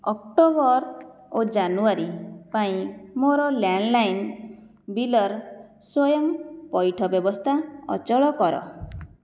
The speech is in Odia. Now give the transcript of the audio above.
ଅକ୍ଟୋବର ଓ ଜାନୁଆରୀ ପାଇଁ ମୋର ଲ୍ୟାଣ୍ଡ୍ଲାଇନ୍ ବିଲ୍ର ସ୍ଵୟଂ ପଇଠ ବ୍ୟବସ୍ଥା ଅଚଳ କର